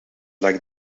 like